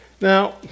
Now